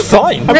fine